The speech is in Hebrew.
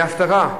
מההפטרה,